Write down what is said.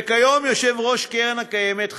וכיום יושב-ראש הקרן הקיימת,